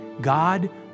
god